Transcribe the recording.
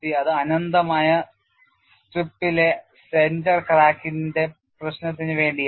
അത് അനന്തമായ സ്ട്രിപ്പിലെ സെന്റർ ക്രാക്കിന്റെ പ്രശ്നത്തിന് വേണ്ടിയായിരുന്നു